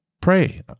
Pray